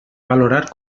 valorar